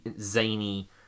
zany